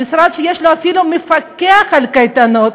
המשרד שיש לו אפילו מפקח על קייטנות,